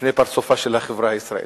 בפני פרצופה של החברה הישראלית,